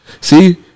See